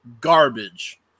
Garbage